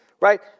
right